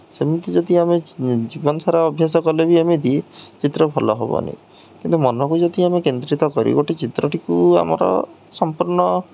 ସେମିତି ଯଦି ଆମେ ଜୀବନସାରା ଅଭ୍ୟାସ କଲେ ବି ଆମେ ଏମିତି ଚିତ୍ର ଭଲ ହେବନି କିନ୍ତୁ ମନକୁ ଯଦି ଆମେ କେନ୍ଦ୍ରିତ କରି ଗୋଟେ ଚିତ୍ରଟିକୁ ଆମର ସମ୍ପୂର୍ଣ୍ଣ